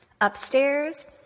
Upstairs